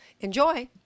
Enjoy